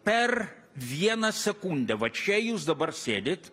per vieną sekundę va čia jūs dabar sėdit